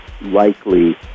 likely